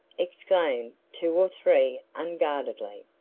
exclaimed two or three unguardedly.